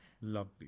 Lovely